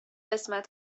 قسمت